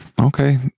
okay